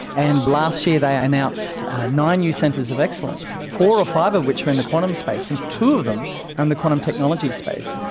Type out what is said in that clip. and last year they announced nine new centres of excellence, four or five of which are in the quantum space, and two of them are in the quantum technology space,